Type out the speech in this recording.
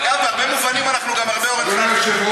אגב, בהרבה מובנים אנחנו גם הרבה אורן חזן.